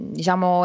diciamo